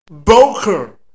Boker